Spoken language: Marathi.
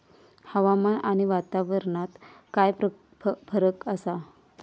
हवामान आणि वातावरणात काय फरक असा?